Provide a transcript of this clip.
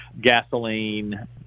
gasoline